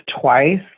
twice